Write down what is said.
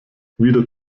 wieder